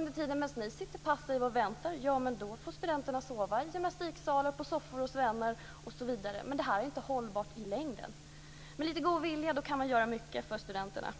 Under tiden som ni sitter passiva och väntar får studenterna sova i gymnastiksalar, på soffor hos vänner osv., men det är inte hållbart i längden. Med lite god vilja kan man göra mycket för studenterna.